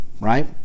Right